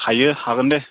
हायो हागोन दे